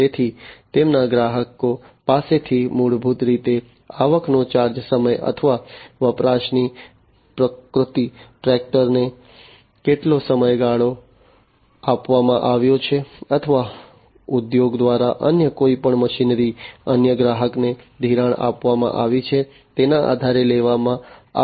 તેથી તેમના ગ્રાહકો પાસેથી મૂળભૂત રીતે આવકનો ચાર્જ સમય અથવા વપરાશની પ્રકૃતિ ટ્રેક્ટરને કેટલો સમયગાળો આપવામાં આવ્યો છે અથવા ઉદ્યોગ દ્વારા અન્ય કોઈપણ મશીનરી અન્ય ગ્રાહકને ધિરાણ આપવામાં આવી છે તેના આધારે લેવામાં આવે છે